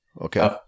okay